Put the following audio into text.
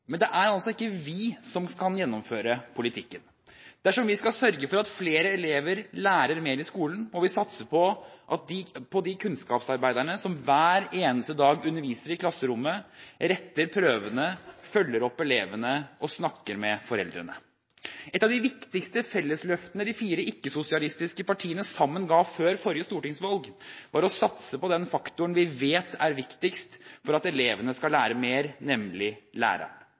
Men det er altså ikke vi som kan gjennomføre politikken. Dersom vi skal sørge for at flere elever lærer mer i skolen, må vi satse på de kunnskapsarbeiderne som hver eneste dag underviser i klasserommet, retter prøvene, følger opp elevene og snakker med foreldrene. Et av de viktigste fellesløftene de fire ikke-sosialistiske partiene sammen ga før forrige stortingsvalg, var å satse på den faktoren vi vet er viktigst for at elevene skal lære mer, nemlig læreren.